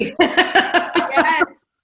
Yes